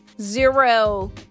zero